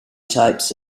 types